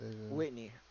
Whitney